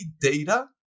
data